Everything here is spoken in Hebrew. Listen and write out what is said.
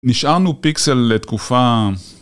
נשארנו פיקסל לתקופה...